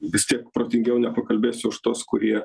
vis tiek protingiau nepakalbėsiu už tuos kurie